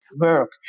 work